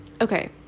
okay